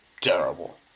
terrible